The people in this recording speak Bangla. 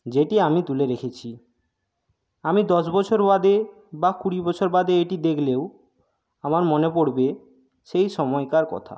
যেটি আমি তুলে রেখেছি আমি দশ বছর বাদে বা কুড়ি বছর বাদে এটি দেখলেও আমার মনে পড়বে সেই সময়কার কথা